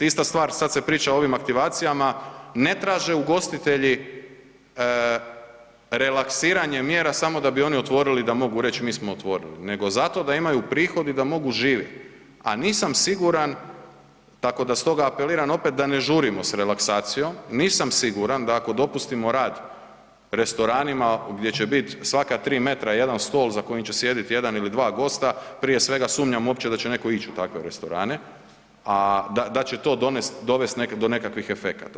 Ista stvar, sad se priča o ovim aktivacijama, ne traže ugostitelji relaksiranje mjera samo da bi oni otvorili da mogu reć mi smo otvorili, nego zato da imaju prihod i da mogu živjet a nisam siguran, tako da stoga apeliram opet, da ne žurimo s relaksacijom, nisam siguran da ako dopustimo rad restoranima gdje će bit svaka 3 m jedan stol za kojim će sjedit jedan ili gosta, prije svega, sumnjam uopće da će neko ić u takve restorane, da će to dovest do nekakvih efekata.